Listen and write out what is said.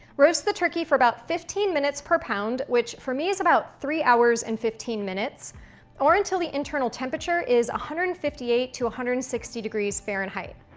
roast the turkey for about fifteen minutes per pound, which for me is about three hours and fifteen minutes or until the internal temperature is hundred and fifty eight to one hundred and sixty degrees fahrenheit.